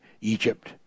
Egypt